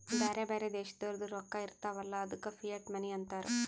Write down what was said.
ಬ್ಯಾರೆ ಬ್ಯಾರೆ ದೇಶದೋರ್ದು ರೊಕ್ಕಾ ಇರ್ತಾವ್ ಅಲ್ಲ ಅದ್ದುಕ ಫಿಯಟ್ ಮನಿ ಅಂತಾರ್